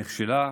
נכשלה,